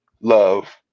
love